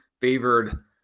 favored